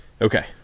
Okay